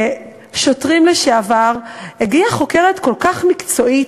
כשוטרים לשעבר, שהגיעה חוקרת כל כך מקצועית,